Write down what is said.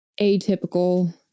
atypical